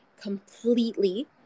completely